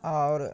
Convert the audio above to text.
आओर